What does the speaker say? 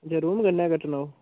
अच्छा रूम कन्नै कट्टना ओह्